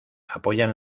apoyan